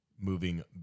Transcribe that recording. moving